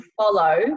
follow